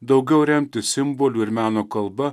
daugiau remtis simbolių ir meno kalbą